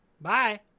bye